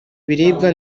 biribwa